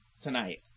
tonight